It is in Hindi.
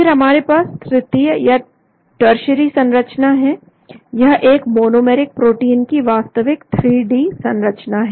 फिर हमारे पास तृतीय या टर्शीयरी संरचना है यह इस मोनोमेरिक प्रोटीन की वास्तविक 3डी संरचना है